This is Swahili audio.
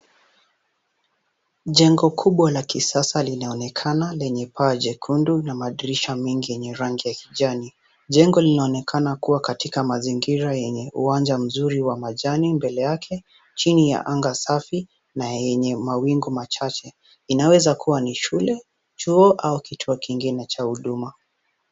Jengo kubwa la kisasa linaonekana lenye paa jekundu na madirisha mengi yenye rangi ya kijani. Jengo linaonekana kuwa katika mazingira yenye uwanja mzuri wa majani mbele yake chini ya anga safi na yenye mawingu machache. Inaweza kuwa ni shule, chuo au kituo kingine cha huduma.